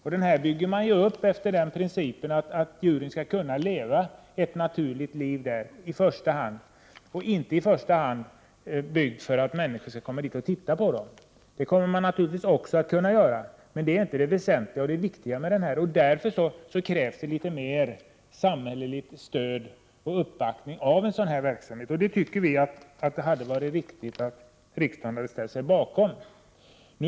Centrumet byggs upp efter principen att 119 djuren skall leva ett naturligt liv och inte i första hand för att människor skall kunna komma och se på djuren. Naturligtvis kommer man att kunna se på djuren, men det är inte det väsentliga. Därför krävs det ett större samhälleligt stöd av verksamheten. Enligt vår åsikt hade det alltså varit riktigt, om riksdagen hade ställt sig bakom detta.